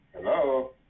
Hello